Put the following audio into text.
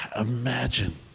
imagine